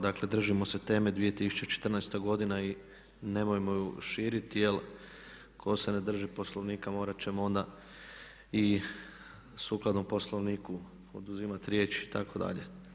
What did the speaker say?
Dakle, držimo se teme 2014. godina i nemojmo ju širiti, jer tko se ne drži Poslovnika morat ćemo onda i sukladno Poslovniku oduzimati riječ itd.